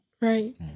Right